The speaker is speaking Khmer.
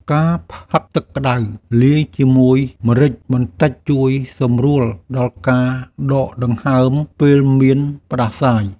ការផឹកទឹកក្តៅលាយជាមួយម្រេចបន្តិច ជួយសម្រួលដល់ការដកដង្ហើមពេលមានផ្តាសាយ។